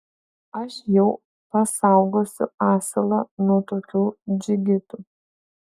aš jau pasaugosiu asilą nuo tokių džigitų